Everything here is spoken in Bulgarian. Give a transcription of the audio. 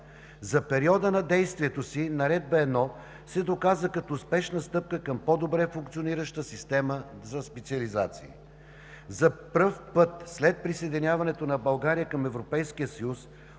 За периода на действието си Наредба № 1 се доказа като успешна стъпка към по-добре функционираща система за специализации. За първи път, след присъединяването на България към Европейския съюз,